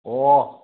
ꯑꯣ